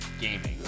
gaming